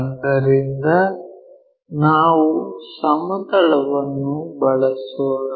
ಆದ್ದರಿಂದ ನಾವು ಸಮತಲವನ್ನು ಬಳಸೋಣ